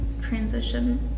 transition